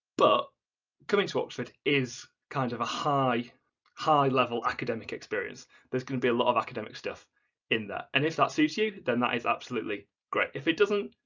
but coming to oxford is kind of a high, a high-level academic experience there's going to be a lot of academic stuff in there and if that suits you then that is absolutely great. if it doesn't,